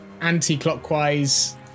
anti-clockwise